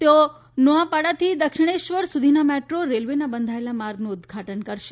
તેઓ નોઆપાડાથી દક્ષિણેશ્વર સુધીના મેટ્રો રેલ્વેના લંબાયેલા માર્ગનું ઉદ્વાટન કરશે